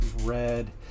red